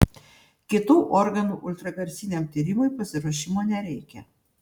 kitų organų ultragarsiniam tyrimui pasiruošimo nereikia